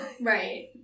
Right